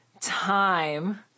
time